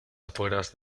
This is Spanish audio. fueras